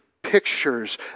pictures